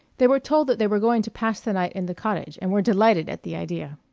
they were told that they were going to pass the night in the cottage, and were delighted at the idea.